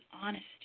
honesty